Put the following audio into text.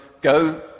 go